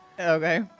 Okay